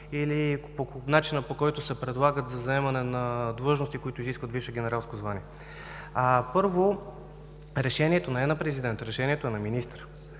или начина, по който се предлага за заемане на длъжности, които изискват висше генералско звание. Първо, решението не е на президента, решението е на министъра.